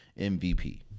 MVP